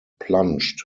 plunged